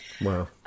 Wow